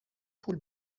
پول